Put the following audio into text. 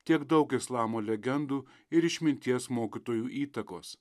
tiek daug islamo legendų ir išminties mokytojų įtakos